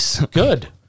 Good